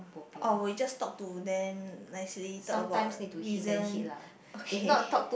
oh we just talk to them nicely talk about reason okay